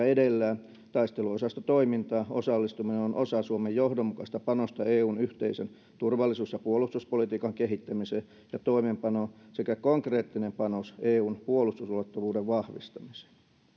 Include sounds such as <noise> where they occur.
<unintelligible> edelleen taisteluosastotoimintaan osallistuminen on osa suomen johdonmukaista panosta eun yhteisen turvallisuus ja puolustuspolitiikan kehittämiseen ja toimeenpanoon sekä konkreettinen panos eun puolustusulottuvuuden vahvistamiseen